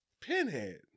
Pinhead